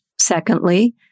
Secondly